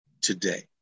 today